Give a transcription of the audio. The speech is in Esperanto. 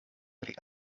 pri